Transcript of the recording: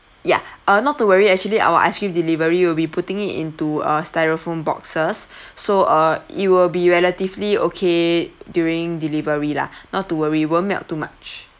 ya uh not to worry actually our ice cream delivery we'll be putting it into a styrofoam boxes so uh it will be relatively okay during delivery lah not to worry won't melt too much